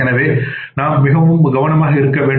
எனவே நாம் மிகவும் கவனமாக இருக்க வேண்டும்